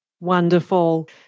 Wonderful